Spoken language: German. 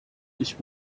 ich